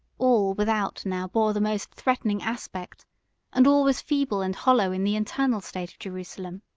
all without now bore the most threatening aspect and all was feeble and hollow in the internal state of jerusalem.